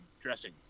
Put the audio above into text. dressing